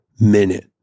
minute